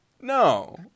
no